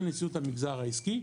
של נשיאות המגזר העסקי,